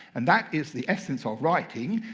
and that is the essence of writing,